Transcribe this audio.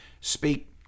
speak